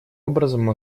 образом